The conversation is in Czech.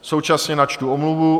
Současně načtu omluvu.